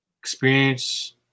experience